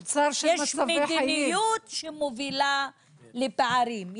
יש מדיניות שמובילה לפערים.